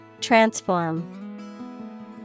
Transform